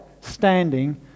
standing